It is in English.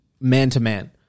man-to-man